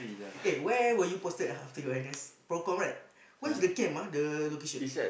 eh where were you posted ah after your N_S procomm right where the camp ah the location